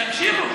שיקשיבו.